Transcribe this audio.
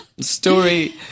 story